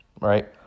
right